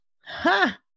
Ha